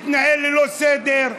מתנהל ללא סדר,